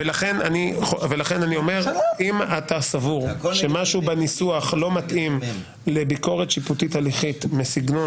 אם אתה סבור שמשהו בניסוח לא מתאים לביקורת שיפוטית הליכית בסגנון